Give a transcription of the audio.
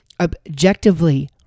objectively